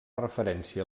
referència